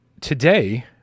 today